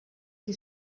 que